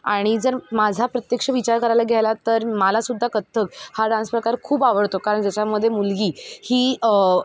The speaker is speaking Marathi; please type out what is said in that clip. आणि जर माझा प्रत्यक्ष विचार करायला घ्यायलात तर मलासुद्धा कथ्थक हा डान्स प्रकार खूप आवडतो कारण ज्याच्यामध्ये मुलगी ही